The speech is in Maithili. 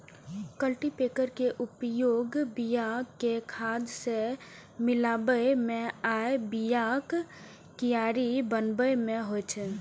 कल्टीपैकर के उपयोग बिया कें खाद सं मिलाबै मे आ बियाक कियारी बनाबै मे होइ छै